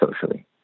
socially